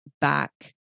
back